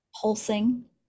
pulsing